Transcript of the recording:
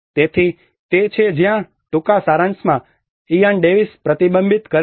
તેથી તે છે જ્યાં ટૂંકા સારાંશમાં ઇયાન ડેવિસ પ્રતિબિંબિત કરે છે